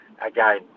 again